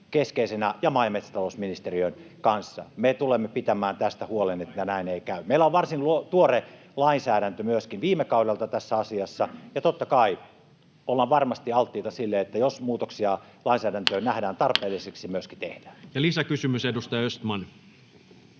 kanssa, ja totta kai pääministeri on siinä keskeisenä. Me tulemme pitämään huolen, että näin ei käy. Meillä on varsin tuore lainsäädäntö myöskin viime kaudelta tässä asiassa, ja totta kai ollaan varmasti alttiita sille, että jos muutoksia lainsäädäntöön nähdään tarpeellisiksi, ne myöskin tehdään. [Speech 100]